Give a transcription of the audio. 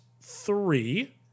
three